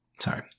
Sorry